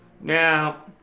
Now